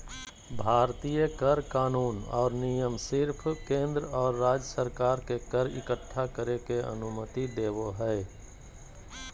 भारतीय कर कानून और नियम सिर्फ केंद्र और राज्य सरकार के कर इक्कठा करे के अनुमति देवो हय